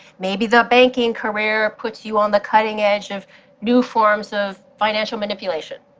maybe the banking career puts you on the cutting edge of new forms of financial manipulation.